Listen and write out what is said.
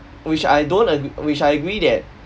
which I don't ag~ which I agree that